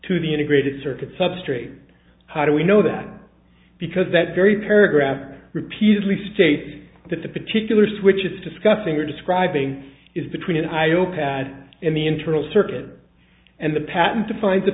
to the integrated circuit substrate how do we know that because that very paragraph repeatedly states that the particular switch is discussing or describing is between io pad and the internal circuit and the patent defines